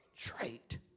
trait